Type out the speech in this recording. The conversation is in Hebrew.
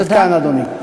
עד כאן, אדוני.